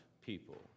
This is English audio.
people